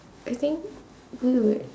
I think we would